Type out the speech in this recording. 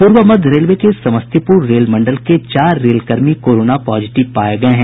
पूर्व मध्य रेलवे के समस्तीपूर रेल मंडल के चार रेल कर्मी कोरोना पॉजिटिव पाये गये हैं